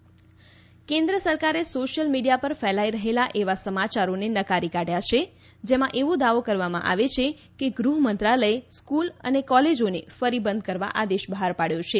skull fact check કેન્દ્ર સરકારે social media પર ફેલાઈ રહેલા એવા સમાચારોને નકારી કાઢ્યા છે જેમાં એવો દાવો કરવામાં આવે છે કે ગૃહ મંત્રાલયે સ્કૂલ અને કોલેજોને ફરી બંધ કરવા આદેશ બહાર પાડ્યો છે